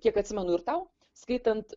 kiek atsimenu ir tau skaitant